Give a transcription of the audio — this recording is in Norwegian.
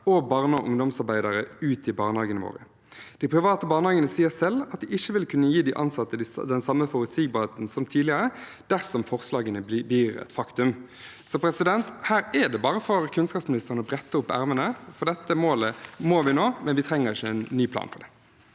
og barne- og ungdomsarbeidere ut i barnehagene våre. De private barnehagene sier selv at de ikke vil kunne gi de ansatte den samme forutsigbarheten som tidligere dersom forslagene blir et faktum. Her er det bare for kunnskapsministeren å brette opp ermene, for dette målet må vi nå, men vi trenger ikke en ny plan for det.